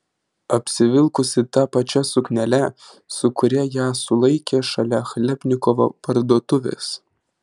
apsivilkusi ta pačia suknele su kuria ją sulaikė šalia chlebnikovo parduotuvės